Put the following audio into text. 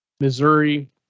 Missouri